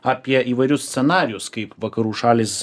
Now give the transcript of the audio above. apie įvairius scenarijus kaip vakarų šalys